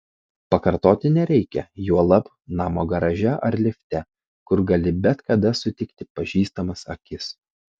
pakartoti nereikia juolab namo garaže ar lifte kur gali bet kada sutikti pažįstamas akis